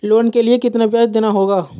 Loan के लिए कितना ब्याज देना होगा?